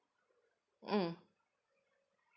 mm